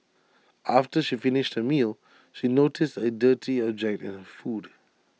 after she finished her meal she noticed A dirty object in her food